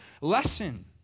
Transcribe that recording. lesson